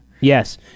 Yes